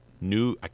New